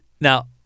Now